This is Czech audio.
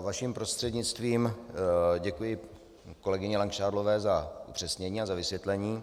Vaším prostřednictvím děkuji kolegyni Langšádlové za upřesnění a za vysvětlení.